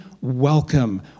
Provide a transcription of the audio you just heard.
welcome